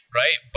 right